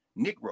Negro